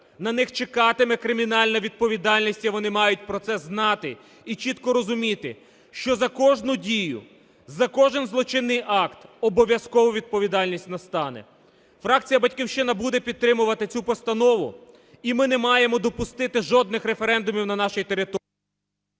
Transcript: на них чекатиме кримінальна відповідальність і вони мають про це знати і чітко розуміти, що за кожну дію, за кожен злочинний акт обов'язково відповідальність настане. Фракція "Батьківщина" буде підтримувати цю Постанову, і ми не маємо допустити жодних референдумів на нашій території...